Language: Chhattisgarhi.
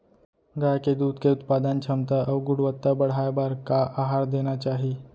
गाय के दूध के उत्पादन क्षमता अऊ गुणवत्ता बढ़ाये बर का आहार देना चाही?